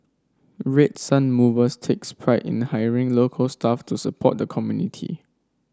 Red Sun Mover takes pride in hiring local staff to support the community